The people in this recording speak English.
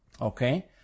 Okay